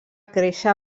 créixer